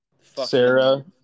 Sarah